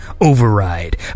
Override